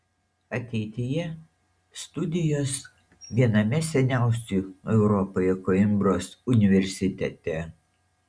ateityje studijos viename seniausių europoje koimbros universitete